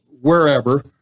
wherever